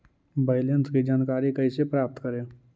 Balance की जानकारी कैसे प्राप्त करे?